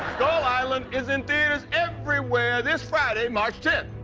skull island is in theaters everywhere this friday march tenth.